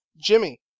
Jimmy